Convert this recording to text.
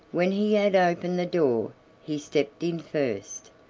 when he had opened the door he stepped in first,